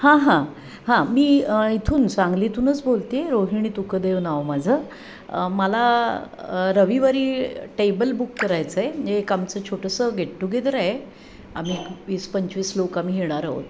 हां हां हां मी इथून सांगलीतूनच बोलते रोहिणी तुकदेव नाव माझं मला रविवारी टेबल बुक करायचं आहे मी एक आमचं छोटंसं गेट टुगेदर आहे आम्ही वीस पंचवीस लोक आम्ही येणार आहोत